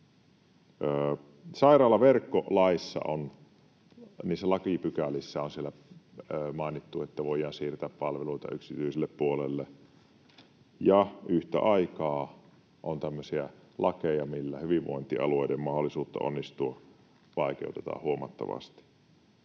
Sairaalaverkkolain lakipykälissä on mainittu, että voidaan siirtää palveluita yksityiselle puolelle, ja yhtä aikaa on tämmöisiä lakeja, millä hyvinvointialueiden mahdollisuutta onnistua vaikeutetaan huomattavasti.